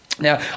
Now